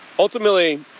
Ultimately